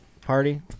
party